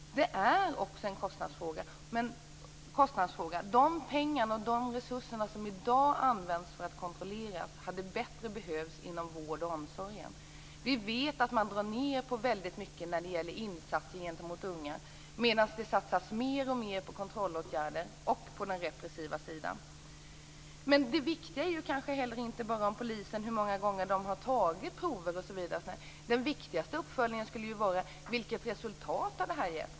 Det är också en kostnadsfråga. De resurser som i dag används för kontroll hade bättre behövts inom vård och omsorg. Vi vet att man drar ned väldigt mycket på insatser gentemot unga medan det satsas mer och mer på kontrollåtgärder och på den repressiva sidan. Det viktiga är kanske inte hur många gånger som polisen har tagit urinprover, utan det viktigaste är vilket resultat som det har gett.